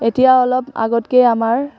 এতিয়া অলপ আগতকে আমাৰ